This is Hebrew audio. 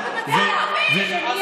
גם ערבים.